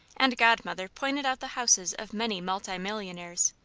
and godmother pointed out the houses of many multi-millionaires.